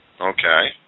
Okay